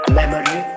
memory